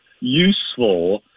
useful